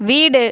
வீடு